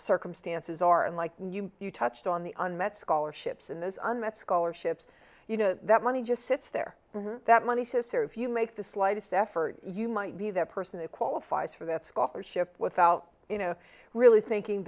circumstances are unlike you touched on the unmet scholarships and those unmet scholarships you know that money just sits there that money says or if you make the slightest effort you might be that person who qualifies for that scholarship without you know really thinking